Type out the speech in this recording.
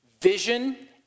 vision